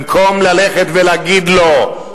במקום ללכת ולהגיד לו: